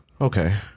okay